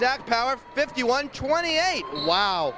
zach power fifty one twenty eight wow